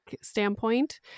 standpoint